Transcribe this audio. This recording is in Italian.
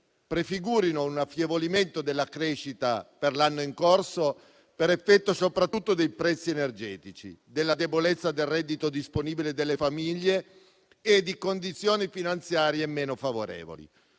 prefigurino un affievolimento della crescita per l'anno in corso per effetto soprattutto dei prezzi energetici, della debolezza del reddito disponibile delle famiglie e di condizioni finanziarie meno favorevoli.